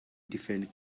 different